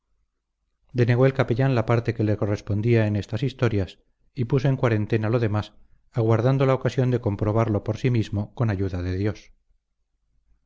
denegó el capellán la parte que le correspondía en estas historias y puso en cuarentena lo demás aguardando la ocasión de comprobarlo por sí mismo con ayuda de dios